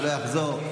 שלא יחזור,